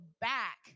back